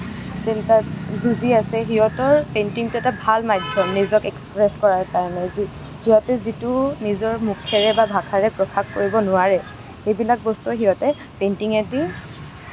চিন্তাত যুঁজি আছে সিহঁতৰ পেইণ্টিংটো এটা ভাল মাধ্যম নিজক এক্সপ্ৰেছ কৰাৰ কাৰণে যি সিহঁতে যিটো নিজৰ মুখেৰে বা ভাষাৰে প্ৰকাশ কৰিব নোৱাৰে সেইবিলাক বস্তু সিহঁতে পেইণ্টিঙেদি